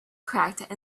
cracked